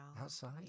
Outside